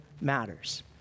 matters